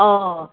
অ'